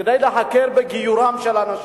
כדי להקל בגיורם של אנשים,